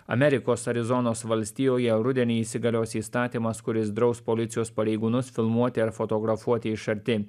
amerikos arizonos valstijoje rudenį įsigalios įstatymas kuris draus policijos pareigūnus filmuoti ar fotografuoti iš arti